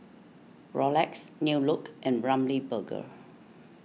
Rolex New Look and Ramly Burger